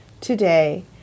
today